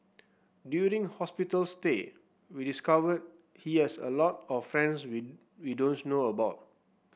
during hospital stay we discovered he has a lot of friends we we don't know about